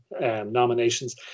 nominations